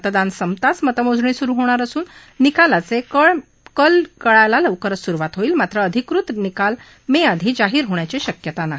मतदान संपताच मतमोजणी सुरु होणार असून निकालाचे कल मिळायला लवकरच सुरुवात होईल मात्र अधिकृत निकाल मेआधी जाहीर होण्याची शक्यता नाही